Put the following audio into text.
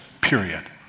period